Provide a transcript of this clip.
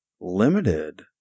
limited